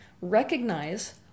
recognize